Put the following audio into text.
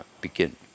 begin